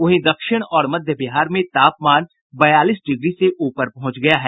वहीं दक्षिण और मध्य बिहार में तापमान बयालीस डिग्री से उपर पहुंच गया है